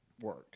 work